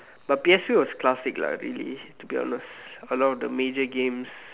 but P_S_P was classic lah to be honest a lot of the major games